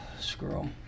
screw